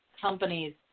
companies